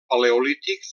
paleolític